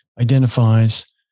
identifies